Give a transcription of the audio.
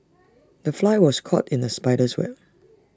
the fly was caught in the spider's web